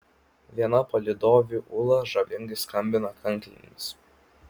viena palydovių ula žavingai skambina kanklėmis